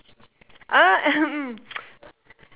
ah